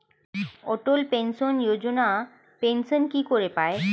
অটল pension Yojana pension কি করে পায়?